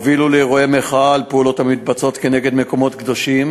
והובילו לאירועי מחאה על פעולות המתבצעות נגד מקומות קדושים